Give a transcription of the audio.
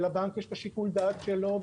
לבנק יש את שיקול הדעת שלו,